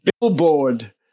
billboard